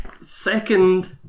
second